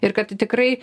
ir kad tikrai